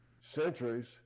centuries